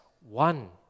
one